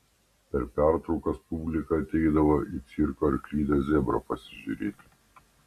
per pertraukas publika ateidavo į cirko arklidę zebro pasižiūrėti